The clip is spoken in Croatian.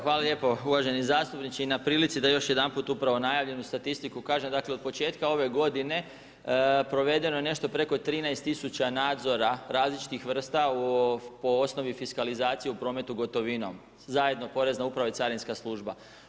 Hvala lijepo uvaženi zastupniče i na prilici da još jedanput upravo najavljenu statistiku kažem, dakle, od početka ove g. provedeno je nešto preko 13000 nadzora različitih vrsta po osnovi fiskalizacije u prometu gotovinom, zajedno porezna uprava i carinska služba.